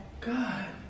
God